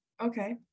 okay